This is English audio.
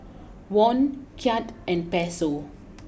Won Kyat and Peso